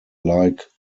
like